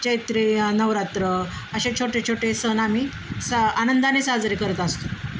चैत्रीय नवरात्र असे छोटे छोटे सण आम्ही सा आनंदाने साजरे करत असतो